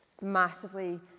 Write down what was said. massively